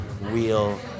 real